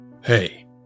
hey